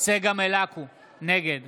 נגד